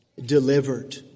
delivered